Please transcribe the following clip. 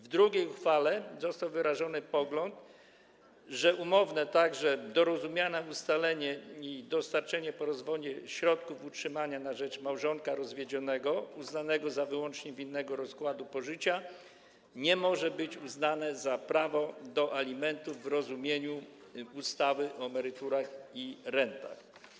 W drugiej uchwale został wyrażony pogląd, że umowne, także dorozumiane, ustalenie i dostarczenie po rozwodzie środków utrzymania na rzecz małżonka rozwiedzionego uznanego za wyłącznie winnego rozkładu pożycia nie może być uznane za prawo do alimentów w rozumieniu ustawy o emeryturach i rentach.